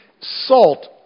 salt